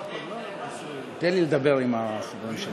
מה ההצעה?